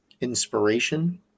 inspiration